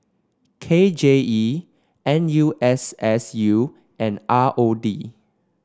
K J E N U S S U and R O D